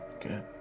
Good